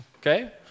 Okay